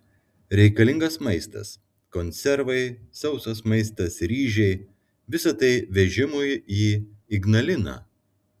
reikalingas maistas konservai sausas maistas ryžiai visa tai vežimui į ignaliną